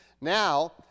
Now